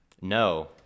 No